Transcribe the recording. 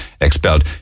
expelled